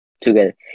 together